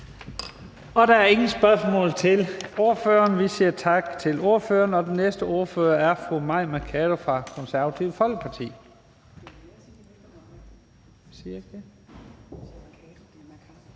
Der er ingen spørgsmål til ordføreren, og så siger vi tak til ordføreren. Den næste ordfører er fru Mai Mercado fra Det Konservative Folkeparti.